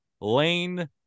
Lane